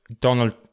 Donald